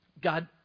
God